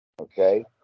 Okay